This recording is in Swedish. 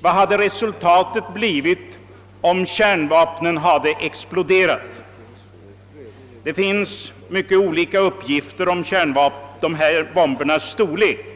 Vad hade resultatet blivit om kärnvapnen exploderat? Det finns mycket olika uppgifter om dessa bombers storlek.